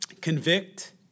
Convict